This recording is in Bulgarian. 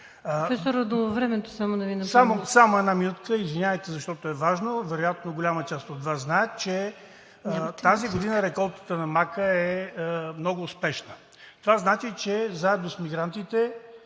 Това значи, че заедно с мигрантите